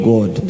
God